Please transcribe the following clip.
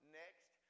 next